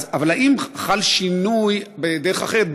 אבל האם חל שינוי בדרך אחרת,